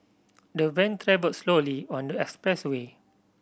the van travelled slowly on the expressway